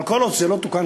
אבל כל עוד זה לא תוקן,